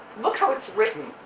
look how it's written!